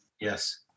Yes